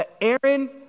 Aaron